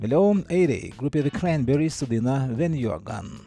vėliau airiai grupė ze kramberis su daina ven juo gan